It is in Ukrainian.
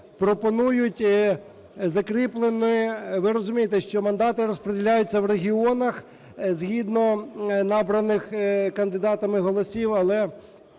пропонують закріплене… Ви розумієте, що мандати розприділяються в регіонах згідно набраних кандидатами голосів. Але